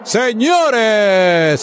señores